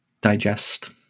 digest